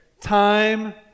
time